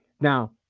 Now